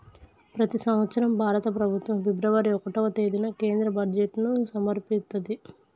ప్రతి సంవత్సరం భారత ప్రభుత్వం ఫిబ్రవరి ఒకటవ తేదీన కేంద్ర బడ్జెట్ను సమర్పిత్తది